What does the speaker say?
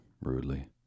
rudely